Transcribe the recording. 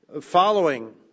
following